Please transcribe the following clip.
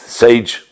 sage